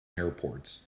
airports